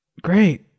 Great